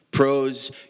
Pros